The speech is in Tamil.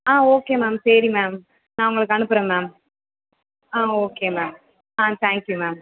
ஆ ஓகே மேம் சரி மேம் நான் உங்களுக்கு அனுப்புகிறேன் மேம் ஆ ஓகே மேம் ஆ தேங்க் யூ மேம்